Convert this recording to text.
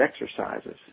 exercises